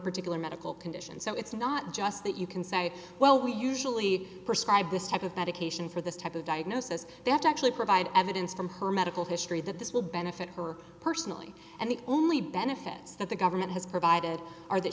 particular medical conditions it's not just that you can say well we usually prescribe this type of medication for this type of diagnosis they have to actually provide evidence from her medical history that this will benefit her personally and the only benefits that the government has provided are that